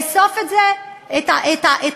ולאסוף את זה, ענת, זה לא מדויק.